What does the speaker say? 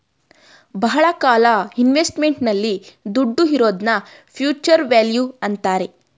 ಬಹಳ ಕಾಲ ಇನ್ವೆಸ್ಟ್ಮೆಂಟ್ ನಲ್ಲಿ ದುಡ್ಡು ಇರೋದ್ನ ಫ್ಯೂಚರ್ ವ್ಯಾಲ್ಯೂ ಅಂತಾರೆ